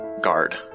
guard